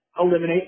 eliminate